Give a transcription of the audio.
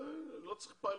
לא צריך כאן פיילוט.